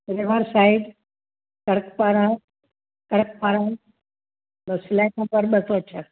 river side सड़क पार आहे सड़क पार आहे फ्लैट नंबर ॿ सौ छह